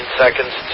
seconds